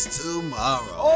tomorrow